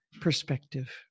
perspective